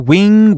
Wing